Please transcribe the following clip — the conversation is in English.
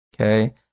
Okay